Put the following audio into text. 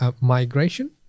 migration